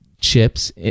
chips